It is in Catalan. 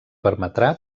permetrà